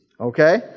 okay